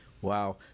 Wow